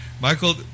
Michael